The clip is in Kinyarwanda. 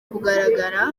kugaragara